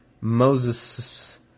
Moses